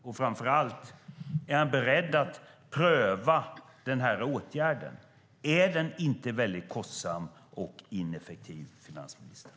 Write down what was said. Och framför allt: Är han beredd att pröva åtgärden? Är den inte väldigt kostsam och ineffektiv, finansministern?